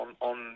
on